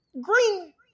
green